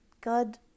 God